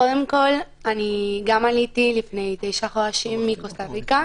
קודם כל אני גם עליתי לפני תשעה חודשים מקוסטריקה.